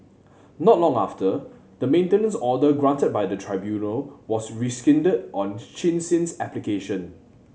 not long after the maintenance order granted by the tribunal was rescinded on Chin Sin's application